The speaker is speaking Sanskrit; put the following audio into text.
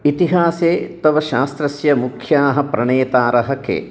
इतिहासे तव शास्त्रस्य मुख्याः प्रणेतारः के